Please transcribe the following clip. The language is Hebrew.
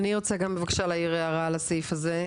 אני רוצה גם בבקשה להעיר הערה על הסעיף הזה.